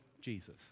Jesus